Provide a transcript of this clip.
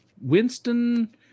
Winston